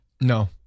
No